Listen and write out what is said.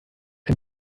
ein